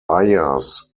ayers